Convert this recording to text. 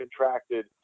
contracted